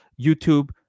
YouTube